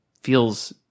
feels